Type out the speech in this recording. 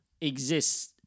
exists